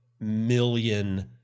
million